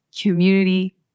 community